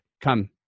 come